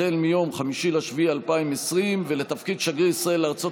החל ביום 5 ביולי 2020 ולתפקיד שגריר ישראל לארצות